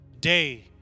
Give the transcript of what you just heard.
day